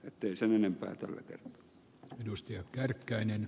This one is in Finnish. ei sen enempää tällä kertaa